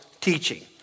teaching